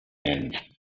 end